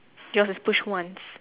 yours is push once